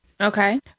Okay